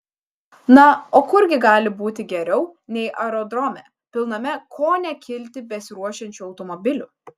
na o kur gi gali būti geriau nei aerodrome pilname ko ne kilti besiruošiančių automobilių